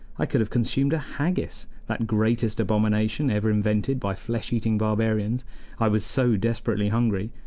i could have consumed a haggis that greatest abomination ever invented by flesh-eating barbarians i was so desperately hungry.